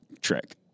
trick